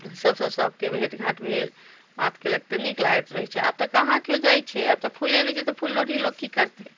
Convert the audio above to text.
सबसँ सबके भेट घाँट भेल बात केलक तऽ नीक लागैत रहै छै आब तऽ कहाँ केओ जाइ छै आब तऽ फूले नहि छै तऽ फूल लोढ़ी लोक की करतै